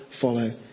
follow